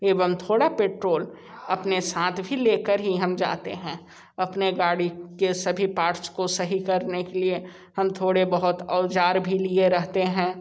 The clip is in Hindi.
एवं थोड़ा पेट्रोल अपने साथ भी ले कर ही हम जाते हैं अपने गाड़ी के सभी पार्ट्स को सही करने के लिए हम थोड़े बहुत औज़ार भी लिए रहते हैं